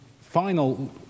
final